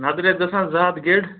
نَدٕرۍ حظ گَژھان زٕ ہتھ گیٚڈ